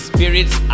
Spirits